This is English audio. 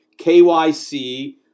KYC